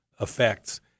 effects